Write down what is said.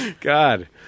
God